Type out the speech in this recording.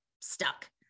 stuck